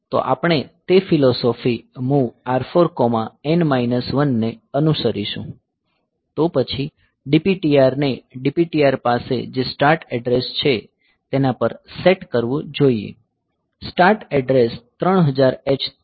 તો આપણે તે ફિલોસોફી MOV R4N 1 ને અનુસરીશું તો પછી DPTR ને DPTR પાસે જે સ્ટાર્ટ એડ્રેસ છે તેના પર સેટ કરવું જોઈએ સ્ટાર્ટ એડ્રેસ 3000 h DPTR પર આવે છે